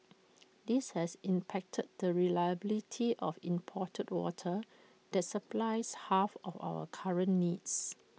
this has impacted the reliability of imported water that supplies half of our current needs